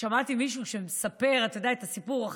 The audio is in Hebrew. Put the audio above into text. שמעתי מישהו שמספר את הסיפור על